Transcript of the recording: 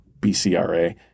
BCRA